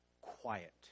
quiet